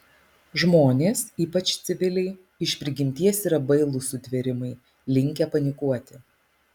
žmonės ypač civiliai iš prigimties yra bailūs sutvėrimai linkę panikuoti